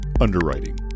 underwriting